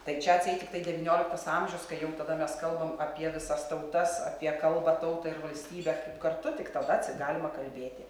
tai čia atseit tiktai devynioliktas amžius kai jau tada mes kalbam apie visas tautas apie kalbą tautą ir valstybę kaip kartu tik tada atsi galima kalbėti